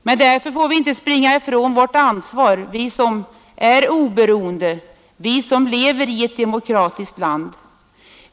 Men därför får vi inte springa ifrån vårt ansvar — vi som är oberoende och lever i ett demokratiskt land.